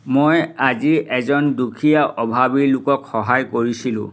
মই আজি এজন দুখীয়া অভাৱী লোকক সহায় কৰিছিলোঁ